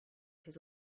his